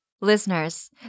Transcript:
Listeners